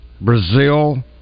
Brazil